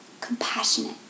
compassionate